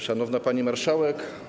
Szanowna Pani Marszałek!